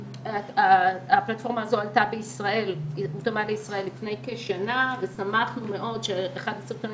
הפלטפורמה הזו הותאמה לישראל לפני כשנה ושמחנו מאוד שאחד הסרטונים